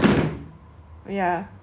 他们全部都戴口罩了 then